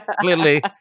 clearly